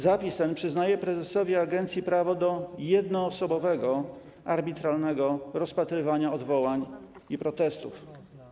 Zapis ten przyznaje prezesowi agencji prawo do jednoosobowego, arbitralnego rozpatrywania odwołań i protestów.